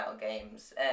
games